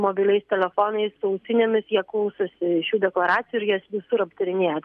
mobiliais telefonais ausinėmis jie klausosi šių deklaracijų ir jas visur aptarinėja